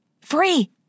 Free